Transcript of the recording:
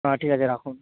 হ্যাঁ ঠিক আছে রাখুন